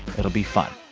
it'll be fun.